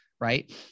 right